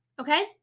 okay